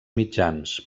mitjans